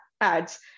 ads